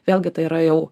vėlgi tai yra jau